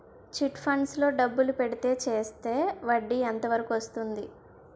Chit funds లో డబ్బులు పెడితే చేస్తే వడ్డీ ఎంత వరకు వస్తుంది?